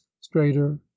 straighter